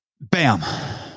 Bam